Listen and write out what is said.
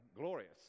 glorious